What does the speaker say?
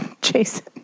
Jason